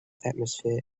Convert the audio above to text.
atmosphere